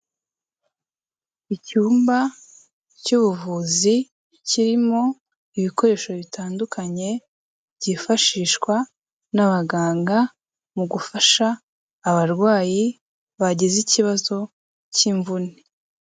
Icyumba cy'ubuvuzi, kirimo ibikoresho bitandukanye, byifashishwa n'abaganga mu gufasha abarwayi bagize ikibazo cy'imvune.